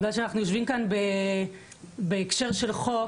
בגלל שאנחנו יושבים כאן בהקשר של חוק